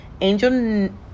angel